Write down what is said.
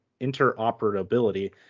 interoperability